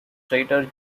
trader